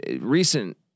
recent